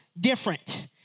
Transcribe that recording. different